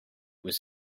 was